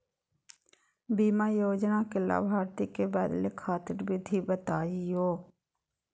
बीमा योजना के लाभार्थी क बदले खातिर विधि बताही हो?